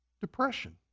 Depression